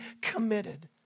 committed